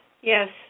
yes